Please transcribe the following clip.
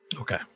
Okay